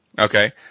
Okay